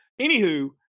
Anywho